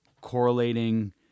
correlating